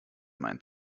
mein